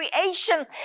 creation